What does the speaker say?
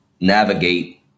navigate